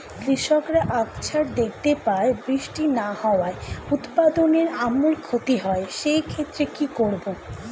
কৃষকরা আকছার দেখতে পায় বৃষ্টি না হওয়ায় উৎপাদনের আমূল ক্ষতি হয়, সে ক্ষেত্রে কি করব?